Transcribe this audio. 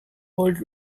old